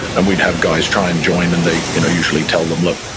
and we'd have guys try and join, and they you know usually tell them, look,